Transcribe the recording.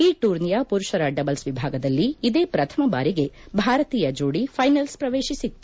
ಈ ಟೂರ್ನಿಯ ಪುರುಷರ ಡಬಲ್ಲ್ ವಿಭಾಗದಲ್ಲಿ ಇದೇ ಪ್ರಥಮ ಬಾರಿಗೆ ಭಾರತೀಯ ಜೋಡಿ ಫೈನಲ್ ಪ್ರವೇಶಿಸಿತ್ತು